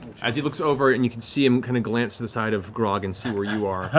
as he looks over and you can see him kind of glance to the side of grog and see where you are,